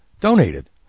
donated